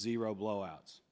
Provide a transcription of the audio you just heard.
zero blowouts